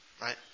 Right